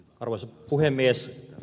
arvoisa puhemies